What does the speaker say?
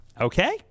Okay